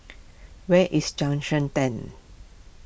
where is Junction ten